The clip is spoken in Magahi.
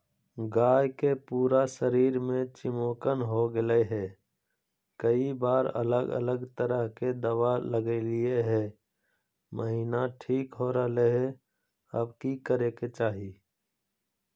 गाय के पूरा शरीर में चिमोकन हो गेलै है, कई बार अलग अलग तरह के दवा ल्गैलिए है महिना ठीक हो रहले है, अब की करे के चाही?